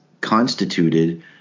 constituted